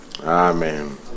Amen